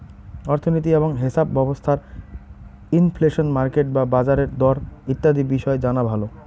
অর্থনীতি এবং হেছাপ ব্যবস্থার ইনফ্লেশন, মার্কেট বা বাজারের দর ইত্যাদি বিষয় জানা ভালো